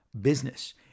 business